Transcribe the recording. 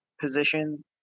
position